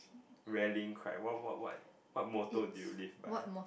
rarely crab what what what motto do you live by